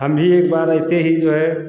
हम भी एक बार ऐसे ही जो है